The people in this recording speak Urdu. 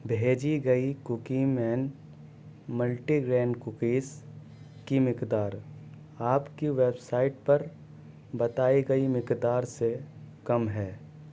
بھیجی گئی کوکی مین ملٹی گرین کوکیز کی مقدار آپ کی ویب سائٹ پر بتائی گئی مقدار سے کم ہے